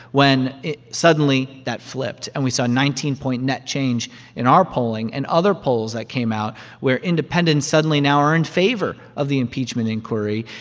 when suddenly, that flipped. and we saw a nineteen point net change in our polling and other polls that came out where independents suddenly now are in favor of the impeachment inquiry.